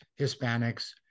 Hispanics